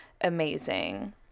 amazing